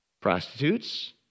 Prostitutes